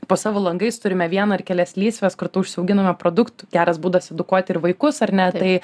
po savo langais turime vieną ar kelias lysves kartu užsiauginame produktų geras būdas edukuoti ir vaikus ar ne tai